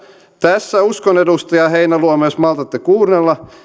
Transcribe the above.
tässä uskon edustaja heinäluoma jos maltatte kuunnella